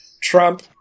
Trump